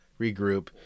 regroup